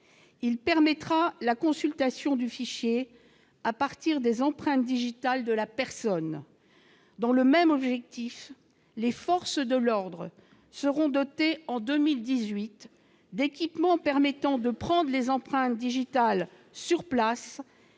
il permettra la consultation du fichier à partir des empreintes digitales de la personne, dans le même objectif, les forces de l'ordre seront dotés, en 2018 d'équipements permettant de prendre les empreintes digitales sur place